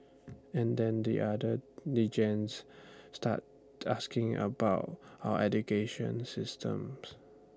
and then the other delegates started asking about our education systems